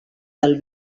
del